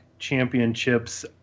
Championships